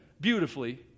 beautifully